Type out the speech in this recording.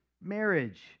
marriage